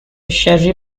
cherry